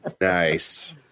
Nice